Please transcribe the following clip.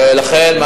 ולכן,